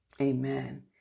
Amen